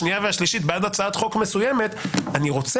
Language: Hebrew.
השנייה והשלישית בעד הצעת חוק מסוימת אני רוצה